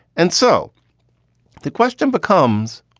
and so the question becomes,